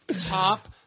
top